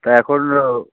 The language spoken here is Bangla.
তা এখন ও